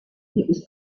was